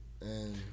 And-